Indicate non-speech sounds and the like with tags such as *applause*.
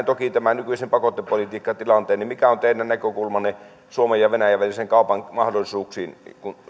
*unintelligible* toki tämän nykyisen pakotepolitiikkatilanteen mikä on teidän näkökulmanne suomen ja venäjän välisen kaupan mahdollisuuksiin